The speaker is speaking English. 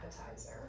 appetizer